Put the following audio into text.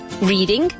Reading